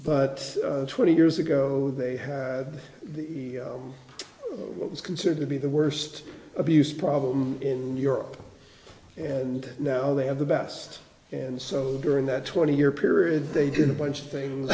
but twenty years ago they had the what was considered to be the worst abuse problem in europe and now they have the best and so during that twenty year period they did a bunch of things